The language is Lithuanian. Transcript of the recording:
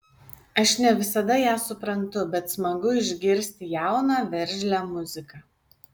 aš ne visada ją suprantu bet smagu išgirsti jauną veržlią muziką